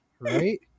right